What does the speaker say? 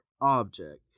object